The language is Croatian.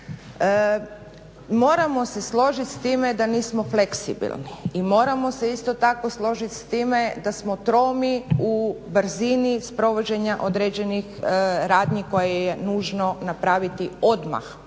Moramo se složiti s time da nismo fleksibilni. I moramo se isto tako složiti s time da smo tromi u brzini sprovođenja određenih radnji koje je nužno napraviti odmah,